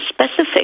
specific